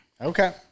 Okay